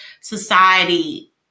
society